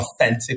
authentic